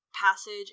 passage